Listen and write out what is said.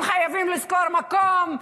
הם חייבים לשכור מקום,